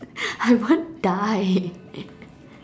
I won't die